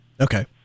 Okay